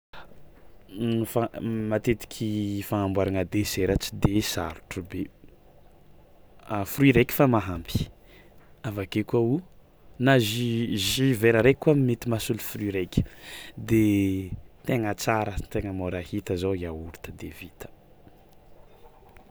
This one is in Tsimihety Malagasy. Ny fa- matetiky fanamboaragna desera tsy de sarotro be a fruit raiky fa mahampy, avy ake koa o na jus jus vera raiky koa mety mahasolo fruit raiky de tegna tsara tegna môra hita zao yaourt de vita.